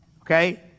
okay